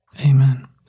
Amen